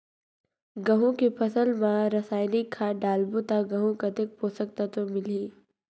गंहू के फसल मा रसायनिक खाद डालबो ता गंहू कतेक पोषक तत्व मिलही?